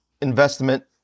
investment